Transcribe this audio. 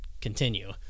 continue